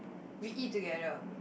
we eat together